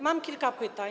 Mam kilka pytań.